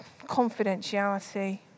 confidentiality